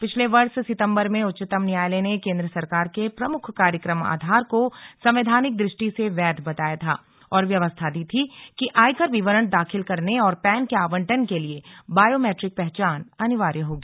पिछले वर्ष सितम्बर में उच्चतम न्यायालय ने केन्द्र सरकार के प्रमुख कार्यक्रम आधार को संवैधानिक दृष्टि से वैध बताया था और व्यवस्था दी थी कि आयकर विवरण दाखिल करने और पैन के आवंटन के लिए बायोमैट्रिक पहचान अनिवार्य होगी